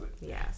Yes